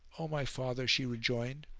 o my father, she rejoined,